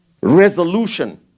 resolution